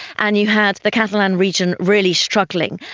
and you had the catalan region really struggling.